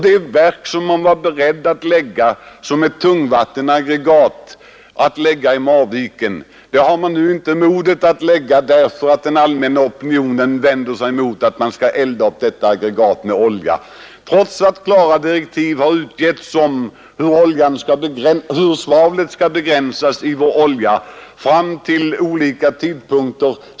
Det tungvattenaggregat som man var beredd att lägga i Marviken, har man nu inte modet att lägga där, eftersom den allmänna opinionen vänder sig emot att man skall elda detta aggregat med olja, trots att klara direktiv har givits om hur svavlet i oljan skall begränsas fram till olika tidpunkter.